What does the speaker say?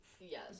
Yes